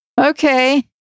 Okay